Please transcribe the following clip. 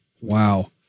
Wow